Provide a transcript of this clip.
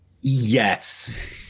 Yes